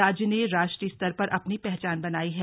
राज्य ने राष्ट्रीय स्तर पर अपनी पहचान बनाई है